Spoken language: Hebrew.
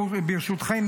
ברשותכם,